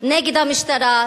נגד המשטרה,